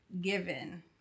given